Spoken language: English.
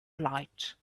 light